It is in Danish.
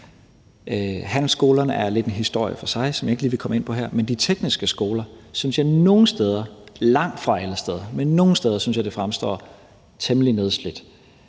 Handelsskolerne er lidt en historie for sig, som jeg ikke lige vil komme ind på her. Men de tekniske skoler synes jeg nogle steder – langtfra alle steder – fremstår temmelig nedslidte,